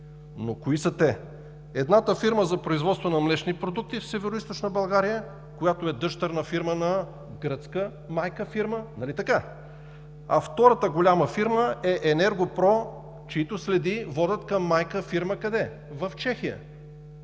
Но кои са те? Едната фирма за производство на млечни продукти в Североизточна България, която е дъщерна фирма на гръцка майка-фирма, а втората голяма фирма е „Енерго Про“, чийто следи водят към майка-фирма – къде?